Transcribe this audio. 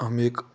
हम एक